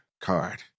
card